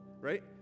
Right